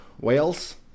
Wales